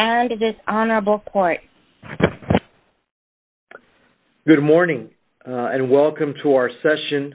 added this honorable quite good morning and welcome to our session